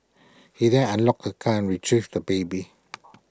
he then unlocked the car and retrieved the baby